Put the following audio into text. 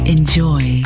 Enjoy